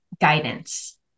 guidance